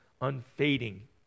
unfading